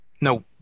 no